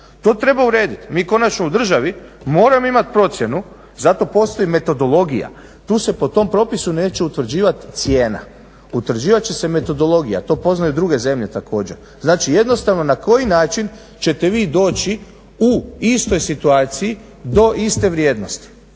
To treba uredit. Mi konačno u državi moramo imati procjenu, zato postoji metodologija, tu se po tom propisu neće utvrđivat cijena, utvrđivat će se metodologija. To poznaju druge zemlje također. Znači jednostavno na koji način ćete vi doći u istoj situaciji do iste vrijednosti?